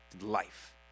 life